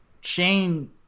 Shane